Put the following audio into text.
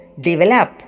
develop